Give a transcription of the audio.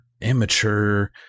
immature